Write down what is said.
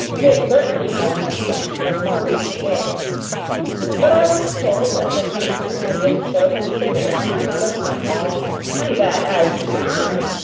they certainly having the stamp of more recent days but i was told that the painting had been so considered time out of mind and that as to the armour,